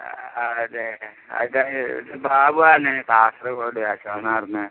ആ അതെ അതെ ഇത് ബാബു ആണ് കാസർഗോഡ് ഷോണാർ നിന്ന്